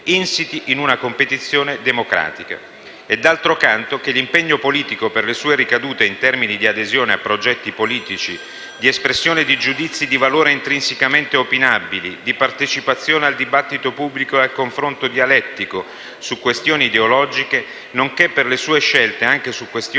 insiti in una competizione democratica e, d'altro canto, che l'impegno politico, per le sue ricadute in termini di adesione a progetti politici, di espressione di giudizi di valore intrinsecamente opinabili, di partecipazione al dibattito pubblico e al confronto dialettico su questioni ideologiche, nonché per le sue scelte anche su questioni